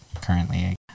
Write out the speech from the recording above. Currently